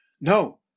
No